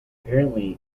apparently